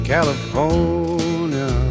California